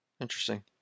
Interesting